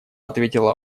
ответила